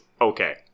Okay